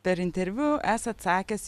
per interviu esat sakęs